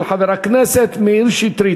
של חבר הכנסת מאיר שטרית.